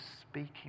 speaking